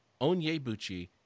Onyebuchi